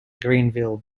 greenville